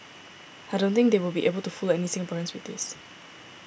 I don't think they will be able to fool any Singaporeans with this